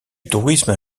tourisme